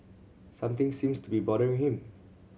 something seems to be bothering him